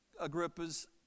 Agrippa's